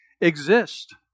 exist